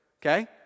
Okay